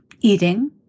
eating